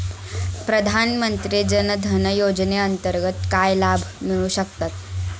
प्रधानमंत्री जनधन योजनेअंतर्गत काय लाभ मिळू शकतात?